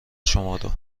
شمارو